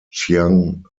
chiang